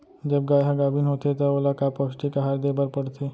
जब गाय ह गाभिन होथे त ओला का पौष्टिक आहार दे बर पढ़थे?